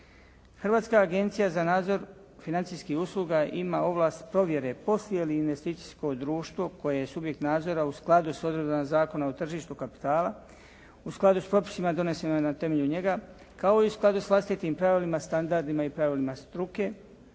Hrvatska agencija za nadzor financijskih usluga ima ovlast provjere posjeduje li investicijsko društvo koje je subjekt nadzora u skladu s odredbama Zakona o tržištu kapitala u skladu s propisima donesenim na temelju njega kao i u skladu s vlastitim pravilima, standardima i pravilima struke